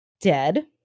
dead